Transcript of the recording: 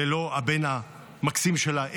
ללא הבן המקסים שלה,